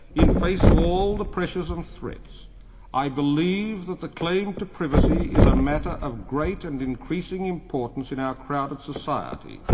in face of all the pressures and threats i believe that the claim to privacy is a matter of great and increasing importance in our crowded society,